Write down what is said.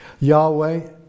Yahweh